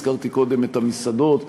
הזכרתי קודם את המסעדות,